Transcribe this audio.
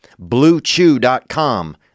BlueChew.com